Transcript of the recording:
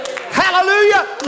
Hallelujah